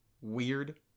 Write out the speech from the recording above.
Weird